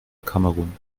kamerun